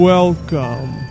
Welcome